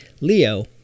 Leo